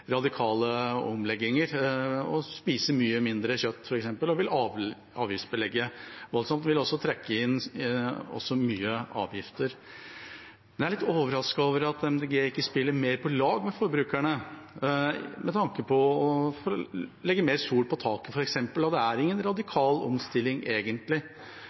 radikale omlegginger – å spise mye mindre kjøtt f.eks. – og de vil avgiftsbelegge voldsomt og trekke inn mye avgifter. Men jeg er litt overrasket over at Miljøpartiet De Grønne ikke spiller mer på lag med forbrukerne med tanke på mer solceller på taket f.eks. – det er ingen radikal omstilling, egentlig